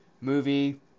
movie